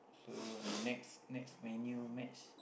so next next Man-U match